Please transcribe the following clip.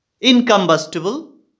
Incombustible